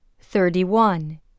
thirty-one